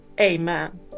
Amen